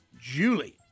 Julie